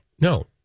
No